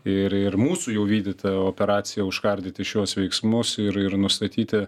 ir ir mūsų jau vykdyta operacija užkardyti šiuos veiksmus ir ir nustatyti